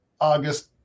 August